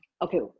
Okay